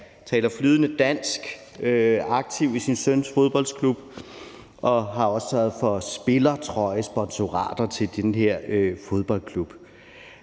taler flydende dansk og er aktiv i sin søns fodboldklub, hvor han har sørget for spillertrøjesponsorater. Den her mand